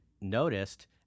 noticed